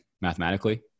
mathematically